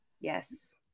Yes